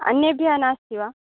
अन्येभ्यः नास्ति वा